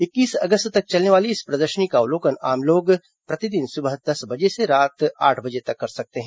इक्कीस अगस्त तक चलने वाली इस प्रदर्शनी का अवलोकन आम लोग प्रतिदिन सुबह दस बजे से रात आठ बजे तक कर सकते हैं